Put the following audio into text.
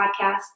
Podcast